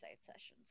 Sessions